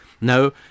No